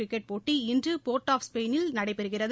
cricket போட்டி இன்று port of ஸ்பெயினில் நடைபெறுகிறது